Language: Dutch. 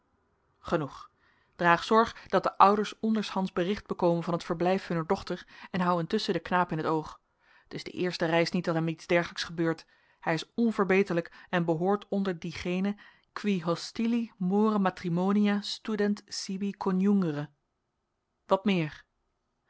genoeg draag zorg dat de ouders ondershands bericht bekomen van het verblijf hunner dochter en hou intusschen den knaap in t oog het is de eerste reis niet dat hem iets dergelijks gebeurt hij is onverbeterlijk en behoort onder diegenen qui hostili more matrimonia student sibi conjungere wat meer